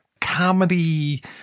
comedy